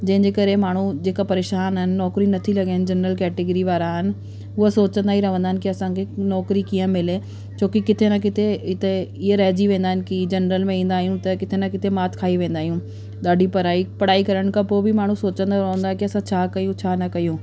जंहिंजे करे माण्हू जेका परेशान आहिनि नौकिरियूं नथी लॻनि जनरल कैटेगरी वारा आहिनि उहे सोचंदा ई रहंदा आहिनि की असांखे नौकिरी कीअं मिले छो की किथे न किथे हिते इहे रहिजी वेंदा आहिनि की जनरल में ईंदा आहियूं त किथे न किथे मात खाई वेंदा आहियूं ॾाढी पढ़ाई पढ़ाई करण खां पोइ बि माण्हू सोचंदा रहंदा की असां छा कयूं छा न कयूं